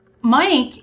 Mike